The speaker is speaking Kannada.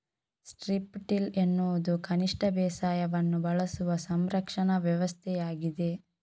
ಸ್ಟ್ರಿಪ್ ಟಿಲ್ ಎನ್ನುವುದು ಕನಿಷ್ಟ ಬೇಸಾಯವನ್ನು ಬಳಸುವ ಸಂರಕ್ಷಣಾ ವ್ಯವಸ್ಥೆಯಾಗಿದೆ